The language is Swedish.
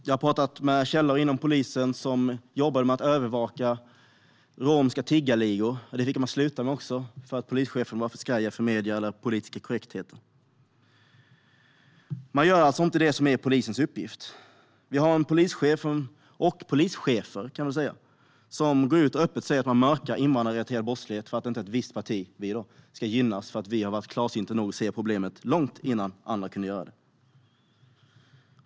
Jag har talat med källor inom polisen som jobbade med att övervaka romska tiggarligor. Det fick de sluta med för att polischeferna var för skraja för medierna eller för den politiska korrektheten. Man gör alltså inte det som är polisens uppgift. Vi har en polischef, och polischefer, som öppet går ut och säger att man mörkar invandrarrelaterad brottslighet för att ett visst parti - vi, alltså - inte ska gynnas, eftersom vi har varit klarsynta nog att se problemet långt innan andra kunde göra det.